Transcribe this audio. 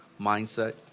mindset